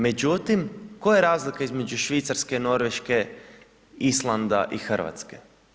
Međutim, koja je razlika između Švicarske, Norveške, Islanda i Hrvatske?